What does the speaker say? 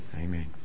Amen